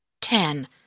Ten